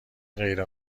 غیر